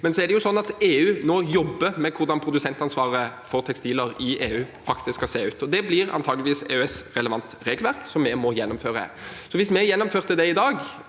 så raskt som mulig. Men EU jobber nå med hvordan produsentansvaret for tekstiler i EU faktisk skal se ut. Det blir antakeligvis EØS-relevant regelverk som vi må gjennomføre, så hvis vi gjennomfører det i dag